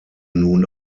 nun